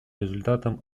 результатом